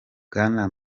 bwana